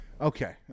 Okay